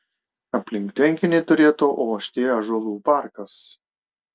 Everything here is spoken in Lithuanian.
aplink tvenkinį turėtų ošti ąžuolų parkas